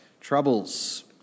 Troubles